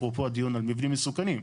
אפרופו הדיון על מבנים מסוכנים.